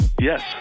yes